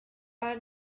are